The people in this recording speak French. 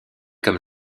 comme